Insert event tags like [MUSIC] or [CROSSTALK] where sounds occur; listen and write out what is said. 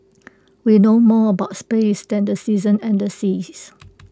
we know more about space than the seasons and the seas [NOISE]